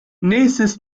nächstes